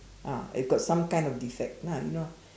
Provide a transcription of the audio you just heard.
ah if got some kind of defect lah you know